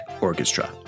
Orchestra